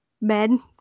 men